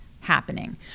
happening